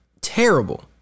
terrible